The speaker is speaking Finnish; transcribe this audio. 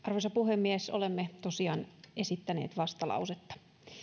arvoisa puhemies olemme tosiaan esittäneet vastalausetta